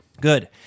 Good